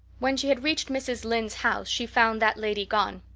when she had reached mrs. lynde's house she found that lady gone.